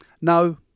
no